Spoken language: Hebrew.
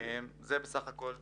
עד כאן סקירתנו.